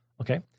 Okay